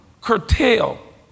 curtail